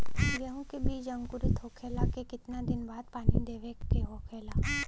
गेहूँ के बिज अंकुरित होखेला के कितना दिन बाद पानी देवे के होखेला?